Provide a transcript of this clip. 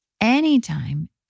Anytime